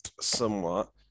somewhat